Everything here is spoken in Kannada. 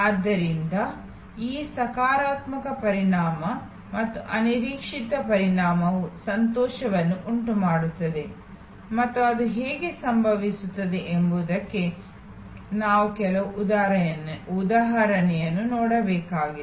ಆದ್ದರಿಂದ ಈ ಸಕಾರಾತ್ಮಕ ಪರಿಣಾಮ ಮತ್ತು ಅನಿರೀಕ್ಷಿತ ಪರಿಣಾಮವು ಸಂತೋಷವನ್ನು ಉಂಟುಮಾಡುತ್ತದೆ ಮತ್ತು ಅದು ಹೇಗೆ ಸಂಭವಿಸುತ್ತದೆ ಎಂಬುದಕ್ಕೆ ನಾವು ಕೆಲವು ಉದಾಹರಣೆಗಳನ್ನು ನೋಡಬೇಕಾಗಿದೆ